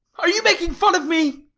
are you making fun of me?